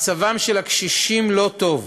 מצבם של הקשישים לא טוב,